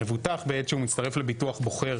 המבוטח בעת שהוא מצטרף לביטוח בוחר